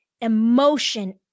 emotion